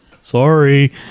Sorry